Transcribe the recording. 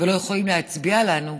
ולא יכולים להצביע לנו,